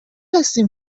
هستیم